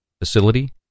facility